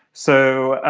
so,